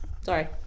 sorry